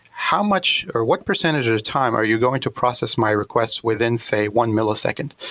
how much or what percentage at a time are you going to process my request within say, one millisecond,